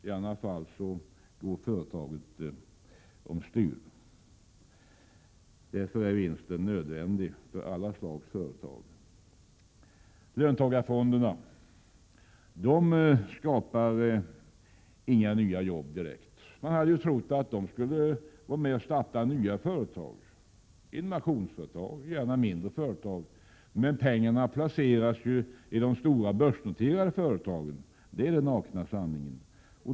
I annat fall går företaget omstyr. Därför är vinsten nödvändig för alla slags företag. Löntagarfonderna skapar inga nya arbetstillfällen. Man hade trott att de skulle starta nya företag, gärna mindre företag, innovationsföretag. Men pengarna placeras i de stora börsnoterade företagen. Det är den nakna sanningen.